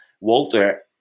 Walter